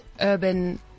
urban